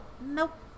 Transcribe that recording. nope